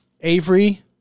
Avery